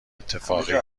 اتفاقی